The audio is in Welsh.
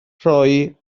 rhoi